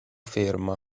ferma